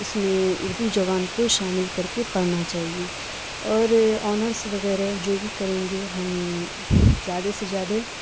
اس میں اردو زبان کو شامل کر کے پڑھنا چاہیے اور آنرس وغیرہ جو بھی کریں گے ہم زیادہ سے زیادہ